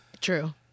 True